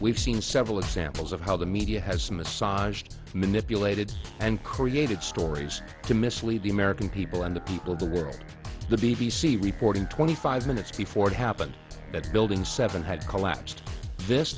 we've seen several examples of how the media has massaged manipulated and created stories to mislead the american people and the people of the world the b b c reporting twenty five minutes before it happened that building seven had collapsed